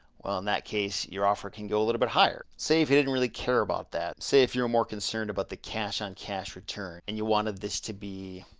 well, in that case your offer can go a little bit higher. say, if you didn't really care about that. say if you were more concerned about the cash on cash return, and you wanted this to be,